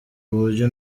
buryo